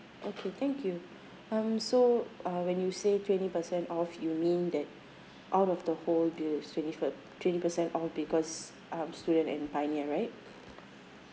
okay thank you um so uh when you say twenty percent off you mean that out of the whole deal with twenty twenty percent off because um student and pioneer right